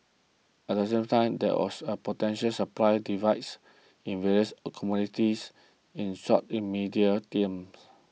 at the same time there also a potential supply devices in various commodities in short in medium games